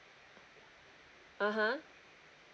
(uh huh)